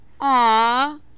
Aw